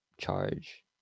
charge